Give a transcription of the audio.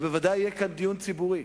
בוודאי יהיה כאן דיון ציבורי.